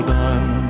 done